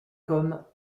comme